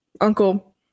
Uncle